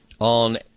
on